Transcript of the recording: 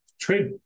trade